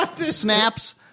Snaps